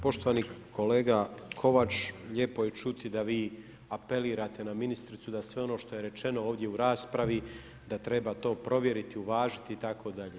Poštovani kolega Kovač, lijepo je čuti da vi apelirate na ministricu da sve ono što je rečeno ovdje u raspravi, da treba to provjeriti, uvažiti itd.